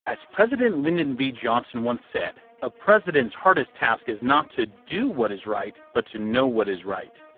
as president lyndon b johnson once said, a president's hardest task is not to do what is right, but to know what is right.